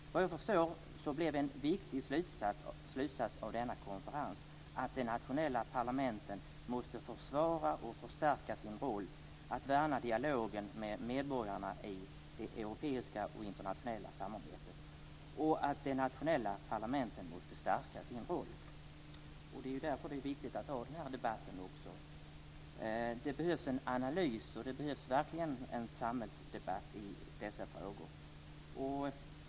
Såvitt jag förstår blev en viktig slutsats av denna konferens att de nationella parlamenten måste få försvara och förstärka sin roll, värna dialogen med medborgarna i det europeiska och internationella samarbetet samt att de nationella parlamenten måste stärka sin roll. Det är därför det är viktigt att ha den här debatten. Det behövs en analys, och det behövs verkligen en samhällsdebatt i dessa frågor.